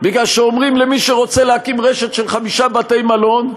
בגלל שאומרים למי שרוצה להקים רשת של חמישה בתי-מלון: